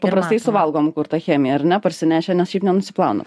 paprastai suvalgom kur tą chemiją ar ne parsinešę nes šiaip nenusiplauna